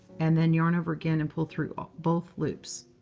and then yarn over again, and pull through both loops.